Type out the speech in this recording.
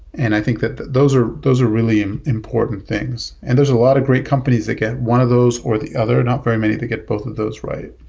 and i think that that those are those really important things, and there're a lot of great companies that get one of those or the other. not very many to get both of those right.